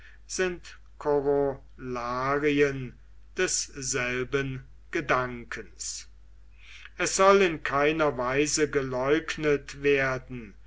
sind korollarien desselben gedankens es soll in keiner weise geleugnet werden